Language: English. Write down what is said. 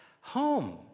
home